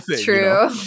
true